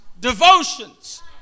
devotions